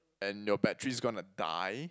and your battery's gonna die